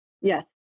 Yes